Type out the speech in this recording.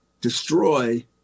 destroy